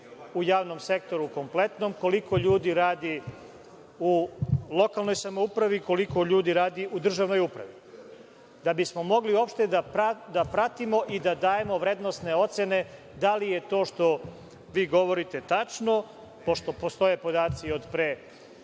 u javnom sektoru kompletnom, koliko ljudi radi u lokalnoj samoupravi, koliko ljudi radi u državnoj upravi, da bismo mogli uopšte da pratimo i da dajemo vrednosne ocene da li je to što vi govorite tačno, pošto postoje podaci od pre